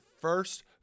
first